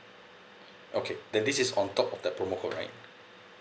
okay then this is on top of the promo code right